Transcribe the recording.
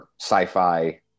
sci-fi